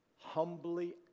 humbly